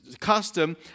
custom